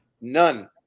None